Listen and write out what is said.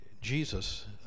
Jesus